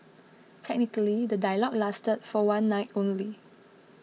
technically the dialogue lasted for one night only